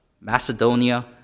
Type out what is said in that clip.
Macedonia